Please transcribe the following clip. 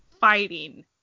fighting